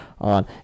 on